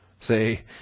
Say